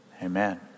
Amen